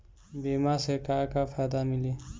बीमा से का का फायदा मिली?